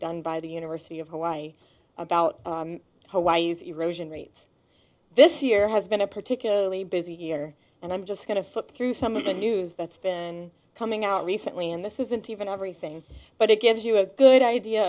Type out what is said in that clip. done by the university of hawaii about hawaii's erosion rates this year has been a particularly busy year and i'm just going to flip through some of the news that's been coming out recently and this isn't even everything but it gives you a good idea